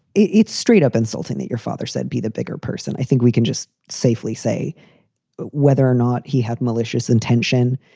it's straight up insulting that your father said be the bigger person. i think we can just safely say whether or not he had malicious intention.